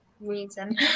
reason